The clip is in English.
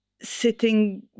sitting